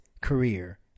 career